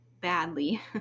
badly